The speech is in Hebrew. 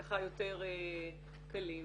יותר קלים.